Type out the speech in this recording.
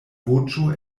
voĉo